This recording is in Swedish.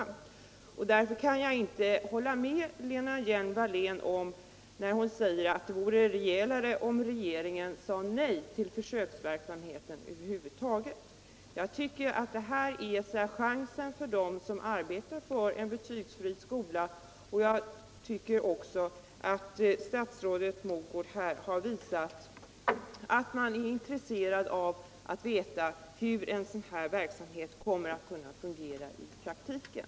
Jag kan därför inte hålla med Lena Hjelm-Wallén när hon säger att det vore rejälare om regeringen sade nej till försöksverksamheten över huvud taget. Statsrådet Mogårds svar innebär en chans för dem som arbetar för en betygsfri skola. Statsrådet har också klargjort att regeringen är intresserad av att veta hur en sådan här verksamhet kommer att kunna fungera i praktiken.